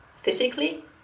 physically